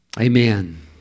Amen